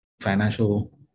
financial